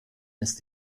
ist